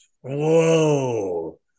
Whoa